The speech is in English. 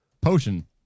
Potion